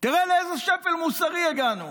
תראה לאיזה שפל מוסרי הגענו,